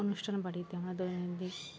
অনুষ্ঠান বাড়িতে